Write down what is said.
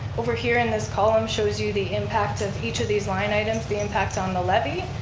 over here in this column shows you the impact of each of these line items, the impact on the levy